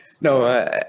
no